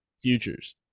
futures